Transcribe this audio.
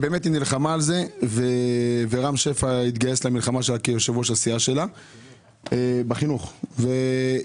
היא נלחמה על זה ורם שפע כיושב ראש הסיעה שלה התגייס למלחמה שלה.